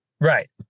Right